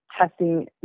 testing